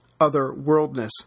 other-worldness